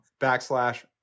backslash